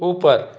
ऊपर